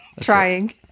trying